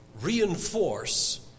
reinforce